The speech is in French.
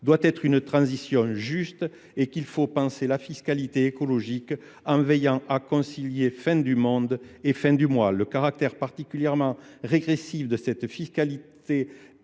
doit être une transition juste et qu’il faut penser la fiscalité écologique en veillant à concilier fin du monde et fin du mois. Ainsi, le caractère fortement régressif de cette fiscalité, qui